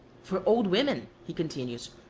for old women, he continues,